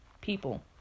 people